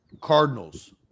Cardinals